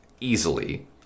easily